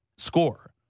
score